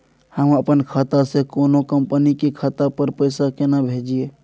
हम अपन खाता से कोनो कंपनी के खाता पर पैसा केना भेजिए?